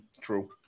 True